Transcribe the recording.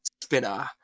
Spinner